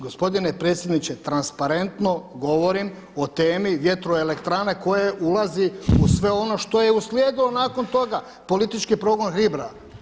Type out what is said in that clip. Gospodine predsjedniče, transparentno govorim o temi vjetroelektrane koje ulazi u sve ono što je uslijedilo nakon toga politički progon Hribara.